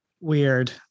weird